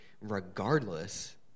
Regardless